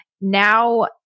now